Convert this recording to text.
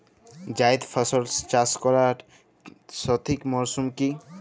জায়েদ ফসল চাষ করার সঠিক মরশুম কি?